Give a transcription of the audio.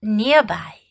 nearby